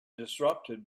disrupted